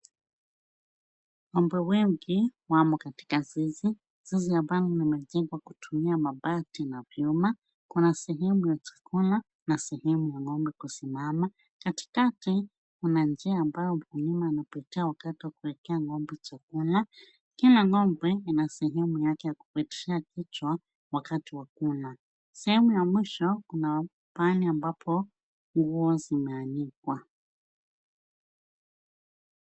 Ng'ombe wengi wamo katika zizi ambalo limejengwa kutumia mabati na vyuma. Kuna sehemu ya chakula na sehemu ya ng'ombe kusimama. Katikati kuna njia ambayo mkulima anapitia wakati wa kuwekea ng'ombe chakula. Kila ng'ombe ana sehemu yake ya kupitishia kichwa wakati wa kula. Sehemu ya mwisho kuna pahali ambapo nguo zimeanikwa.